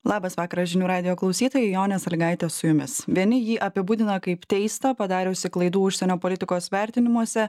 labas vakaras žinių radijo klausytojai jonė sąlygaitė su jumis vieni jį apibūdina kaip teistą padariusį klaidų užsienio politikos vertinimuose